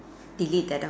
delete that now